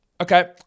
Okay